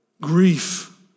grief